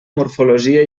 morfologia